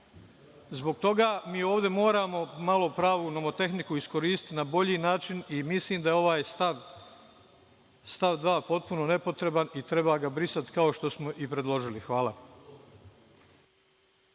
Zbog toga mi ovde moramo malo pravu nomotehniku iskoristiti na bolji način i mislim da ovaj stav 2. potpuno nepotreban i treba ga brisati, kao što smo i predložili. Hvala.